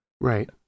Right